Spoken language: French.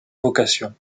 vocation